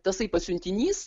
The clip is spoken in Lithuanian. tasai pasiuntinys